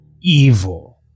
evil